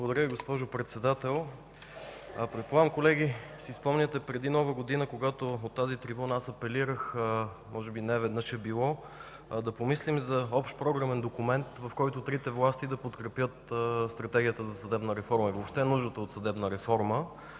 Благодаря Ви, госпожо Председател. Предполагам, колеги, си спомняте преди Нова година, когато от тази трибуна аз апелирах, може би неведнъж е било, да помислим за общ програмен документ, в който трите власти да подкрепят Стратегията за съдебна реформа, въобще нуждата от съдебна реформа.